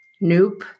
Nope